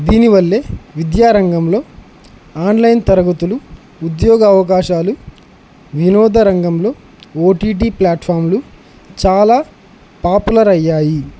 దీనివల్లే విద్యాారంగంలో ఆన్లైన్ తరగతులు ఉద్యోగ అవకాశాలు వినోద రంగంలో ఓటీటి ప్లాట్ఫామ్లు చాలా పాపులర్ అయ్యాయి